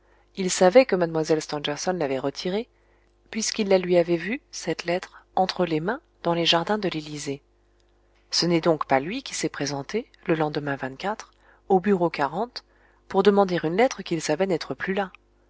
il savait que mlle stangerson l'avait retirée puisqu'il la lui avait vue cette lettre entre les mains dans les jardins de l'élysée ce n'est donc pas lui qui s'est présenté le lendemain au bureau pour demander une lettre qu'il savait n'être plus là